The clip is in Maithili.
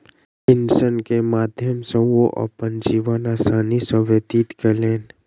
पेंशन के माध्यम सॅ ओ अपन जीवन आसानी सॅ व्यतीत कयलैन